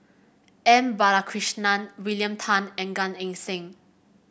M Balakrishnan William Tan and Gan Eng Seng